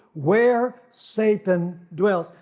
where satan dwells.